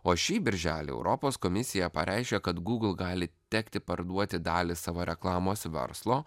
o šį birželį europos komisija pareiškė kad google gali tekti parduoti dalį savo reklamos verslo